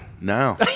now